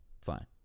fine